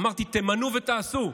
אמרתי: תמנו ותעשו.